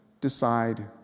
decide